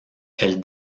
elle